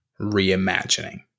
reimagining